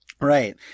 Right